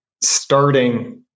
starting